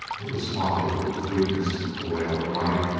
it was folly, it was weakness, to wail at life.